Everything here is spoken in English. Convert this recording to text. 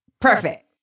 Perfect